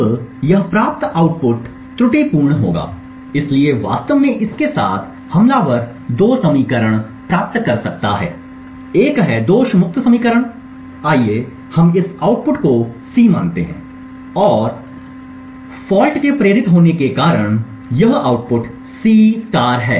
अब प्राप्त आउटपुट त्रुटिपूर्ण होगा इसलिए वास्तव में इसके साथ हमलावर 2 समीकरण प्राप्त कर सकता है एक है दोष मुक्त समीकरण आइए हम इस आउटपुट को C मानते हैं और फॉल्ट के प्रेरित होने के कारण यह आउटपुट C है